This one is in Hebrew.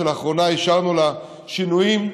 שלאחרונה אישרנו לה שינויים,